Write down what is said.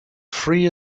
free